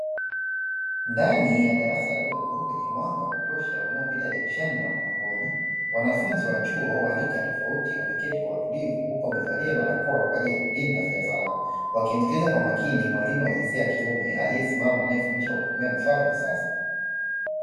Ndani ya darasa dogo lenye mwanga wa kutosha unaopita dirishani na mlangoni, wanafunzi wa chuo wa rika tofauti wameketi kwa utulivu huku wamevalia barakoa kwaajili ya kulinda afya zao, wakimsikiliza kwa makini mwalimu wa jinsia ya kiume aliyesimama anayefundisha kwa kutumia vifaa vya kisasa.